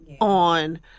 on